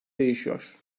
değişiyor